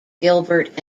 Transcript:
gilbert